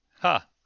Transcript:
Ha